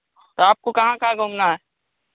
तो आपको कहाँ कहाँ घूमना है